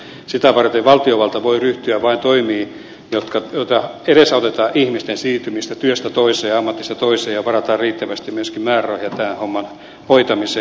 sitä varten valtiovalta voi vain ryhtyä toimiin joilla edesautetaan ihmisten siirtymistä työstä toiseen ammatista toiseen ja varata riittävästi myöskin määrärahoja tämän homman hoitamiseen